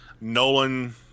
Nolan